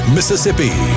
Mississippi